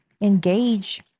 engage